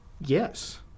Yes